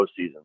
postseason